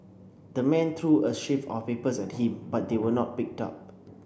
the man threw a sheaf of papers at him but they were not picked up